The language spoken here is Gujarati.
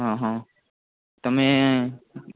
હાં હાં તમે